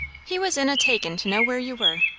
he was in a takin' to know where you were.